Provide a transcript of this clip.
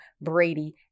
Brady